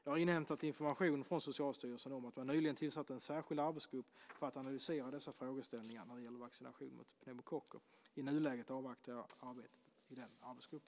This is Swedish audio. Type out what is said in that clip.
Jag har inhämtat information från Socialstyrelsen om att man nyligen tillsatt en särskild arbetsgrupp för att analysera dessa frågeställningar när det gäller vaccination mot pneumokocker. I nuläget avvaktar jag arbetet i denna arbetsgrupp.